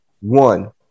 one